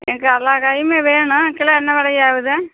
எனக்கு எல்லா காயுமே வேணும் கிலோ என்ன விலையாவுது